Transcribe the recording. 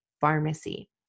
pharmacy